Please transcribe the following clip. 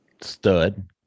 stud